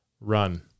run